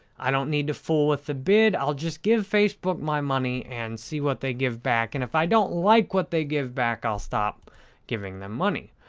i don't need to fool with the bid. i'll just give facebook my money and see what they give back and if i don't like what they give back, i'll stop giving them money.